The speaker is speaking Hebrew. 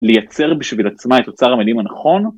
לייצר בשביל עצמה את אוצר המילים הנכון.